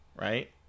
right